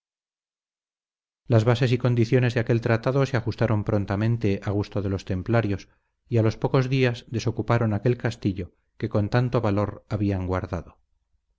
las bases y condiciones de aquel tratado se ajustaron prontamente a gusto de los templarios y a los pocos días desocuparon aquel castillo que con tanto valor habían guardado